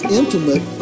intimate